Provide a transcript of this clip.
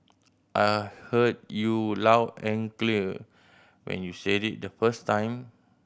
I heard you loud and clear when you said it the first time